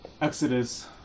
Exodus